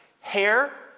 hair